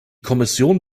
kommission